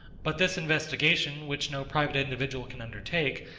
but this investigation, which no private individual can undertake,